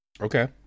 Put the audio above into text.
Okay